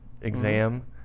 exam